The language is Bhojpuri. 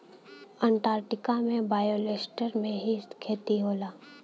अंटार्टिका में बायोसेल्टर में ही खेती होला